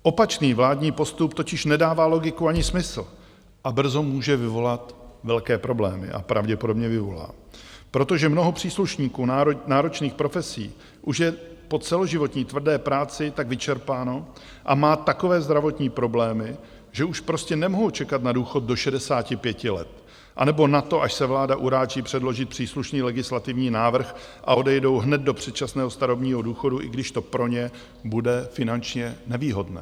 Opačný vládní postup totiž nedává logiku ani smysl a brzo může vyvolat velké problémy, a pravděpodobně vyvolá, protože mnoho příslušníků náročných profesí už je po celoživotní tvrdé práci tak vyčerpáno a má takové zdravotní problémy, že už prostě nemohu čekat na důchod do 65 let anebo na to, až se vláda uráčí předložit příslušný legislativní návrh a odejdou hned do předčasného starobního důchodu, i když to pro ně bude finančně nevýhodné.